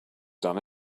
done